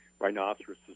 rhinoceroses